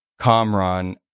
Comron